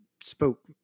spoke